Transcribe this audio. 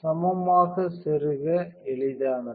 சமமாக செருக எளிதானது